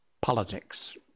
politics